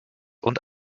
und